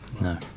No